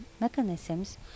mechanisms